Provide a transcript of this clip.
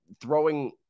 throwing